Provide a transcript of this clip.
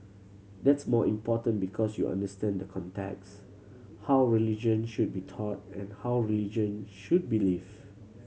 that's more important because you understand the context how religion should be taught and how religion should be lived